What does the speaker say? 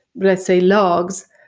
let's say, logs.